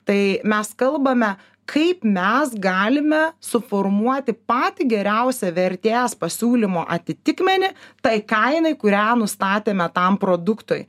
tai mes kalbame kaip mes galime suformuoti patį geriausią vertės pasiūlymo atitikmenį tai kainai kurią nustatėme tam produktui